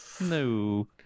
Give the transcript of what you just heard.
No